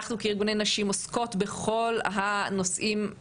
אנחנו כארגוני נשים עוסקות בכל הנושאים,